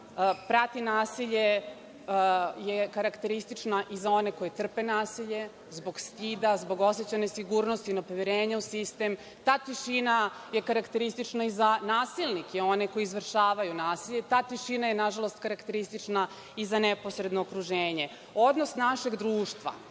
prati nasilje je karakteristična i za one koji trpe nasilje zbog stida, zbog osećaja nesigurnost i nepoverenja u sistem. Ta tišina je karakteristična i za nasilnike, one koji izvršavaju nasilje. Ta tišina je, nažalost, karakteristična i za neposredno okruženje. Odnos našeg društva,